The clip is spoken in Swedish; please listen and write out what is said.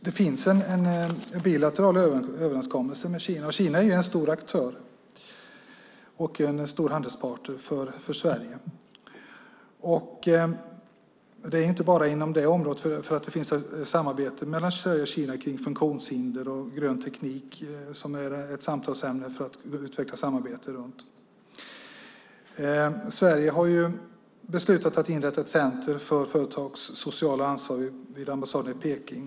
Det finns en bilateral överenskommelse med Kina. Kina är ju en stor aktör och en stor handelspartner för Sverige. Det finns samarbete mellan Sverige och Kina när det gäller funktionshinder och grön teknik som är ett samtalsämne att utveckla samarbete om. Sverige har ju beslutat att inrätta ett centrum för företags sociala ansvar vid ambassaden i Peking.